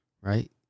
right